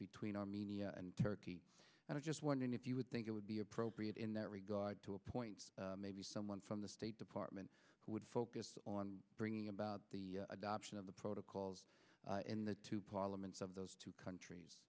between armenia and turkey and i just wondered if you would think it would be appropriate in that regard to a point maybe someone from the state department would focus on bringing about the adoption of the protocols in the two parliaments of those two countries